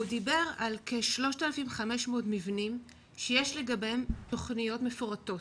הוא דיבר על כ-3,500 מבנים שיש לגביהם תכניות מפורטות,